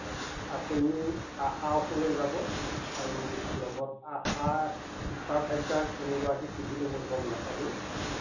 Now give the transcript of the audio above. অঁ আপুনি আশা ওচৰলে যাব আৰু লগত আশা ছুপাৰভাইজাৰ কোনগৰাকী সুধি ল'ব গম নেপালেও